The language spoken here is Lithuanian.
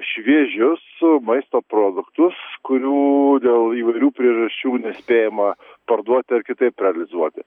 šviežius maisto produktus kurių dėl įvairių priežasčių nespėjama parduoti ar kitaip realizuoti